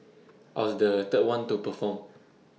I was the third one to perform